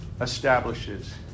establishes